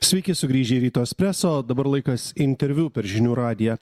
sveiki sugrįžę į ryto espresso o dabar laikas interviu per žinių radiją